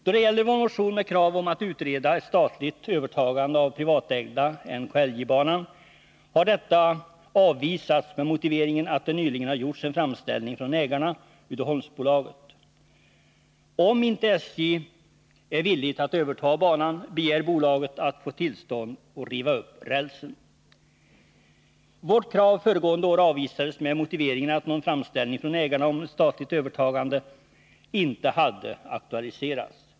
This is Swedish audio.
Vårt motionskrav om att utreda ett statligt övertagande av den privatägda NKLJ-banan har avvisats med motiveringen att det nyligen har gjorts en framställning från ägarna, Uddeholmsbolaget. Om inte SJ är villigt att överta banan, begär bolaget att få tillstånd att riva upp rälsen. Vårt krav föregående år avvisades med motiveringen att någon framställning från ägarna om ett statligt övertagande inte hade aktualiserats.